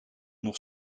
nog